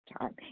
time